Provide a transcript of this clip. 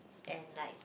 and like